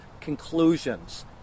conclusions